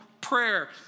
prayer